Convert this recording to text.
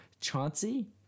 Chauncey